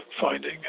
finding